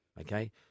Okay